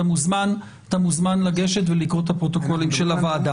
אתה מוזמן לגשת ולקרוא את הפרוטוקולים של הוועדה.